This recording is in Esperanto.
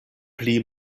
pli